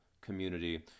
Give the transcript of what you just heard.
community